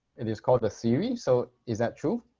it is called a theory. so is that true?